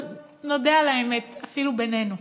אבל נודה על האמת, אפילו בינינו,